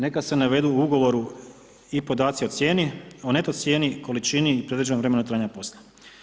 Neka se navedu u ugovoru i podaci o cijeni, o neto cijeni, količini i predviđenom vremenu trajanja posla.